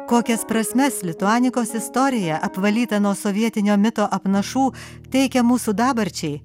kokias prasmes lituanikos istorija apvalyta nuo sovietinio mito apnašų teikia mūsų dabarčiai